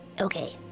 Okay